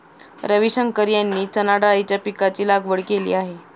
रविशंकर यांनी चणाडाळीच्या पीकाची लागवड केली आहे